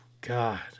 God